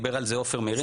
דיבר על זה עופר מרין,